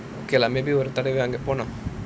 okay lah maybe ஒரு தடவ அங்க போனோம்:oru thadava anga ponom